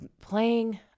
playing